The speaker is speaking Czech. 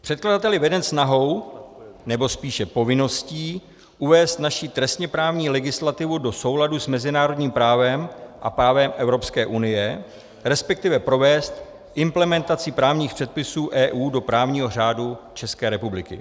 Předkladatel je veden snahou, nebo spíše povinností uvést naši trestněprávní legislativu do souladu s mezinárodním právem a právem Evropské unie, resp. provést implementaci právních předpisů EU do právního řádu České republiky.